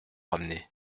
ramenée